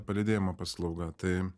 palydėjimo paslauga tai